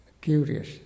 curious